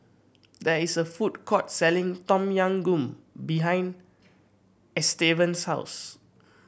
there is a food court selling Tom Yam Goong behind Estevan's house